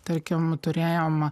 tarkim turėjom